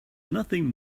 nothing